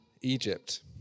Egypt